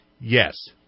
yes